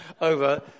over